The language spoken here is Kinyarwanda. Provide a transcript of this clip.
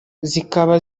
zikaba